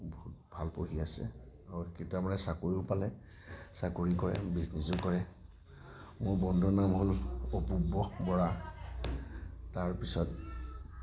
বহুত ভাল পঢ়ি আছে আৰু কেইটামানে চাকৰিও পালে চাকৰি কৰে বিজনেছো কৰে মোৰ বন্ধুৰ নাম হ'ল অপূৰ্ব বৰা তাৰপিছত